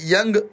Young